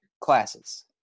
classes